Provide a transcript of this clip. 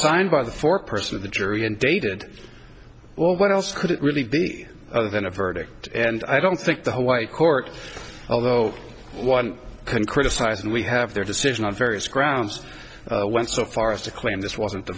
signed by the four person of the jury and dated well what else could it really be other than a verdict and i don't think the white court although one can criticize and we have their decision on various grounds went so far as to claim this wasn't